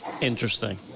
Interesting